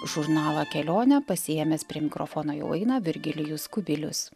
žurnalą kelionę pasiėmęs prie mikrofono jau eina virgilijus kubilius